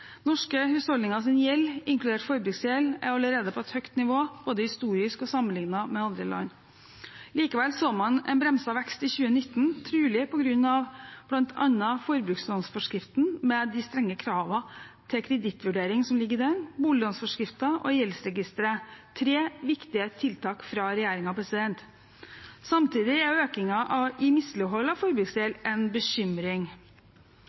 Norske husholdningers gjeld, inkludert forbruksgjeld, er allerede på et høyt nivå både historisk og sammenlignet med andre land. Likevel så man en bremset vekst i 2019, trolig på grunn av bl.a. forbrukslånsforskriften, med de strenge kravene til kredittvurdering som ligger i den, boliglånsforskriften og gjeldsregistret – tre viktige tiltak fra regjeringen. Samtidig er økningen i mislighold av